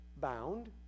bound